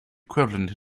equivalent